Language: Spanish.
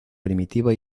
primitiva